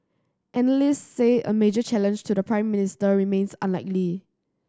analysts say a major challenge to the Prime Minister remains unlikely